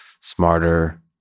smarter